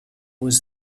was